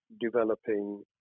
developing